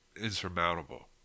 insurmountable